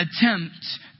attempt